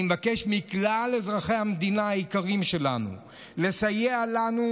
אני מבקש מכלל אזרחי המדינה היקרים שלנו לסייע לנו,